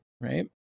right